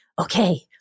okay